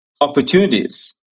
opportunities